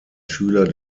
schüler